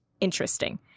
interesting